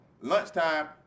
Lunchtime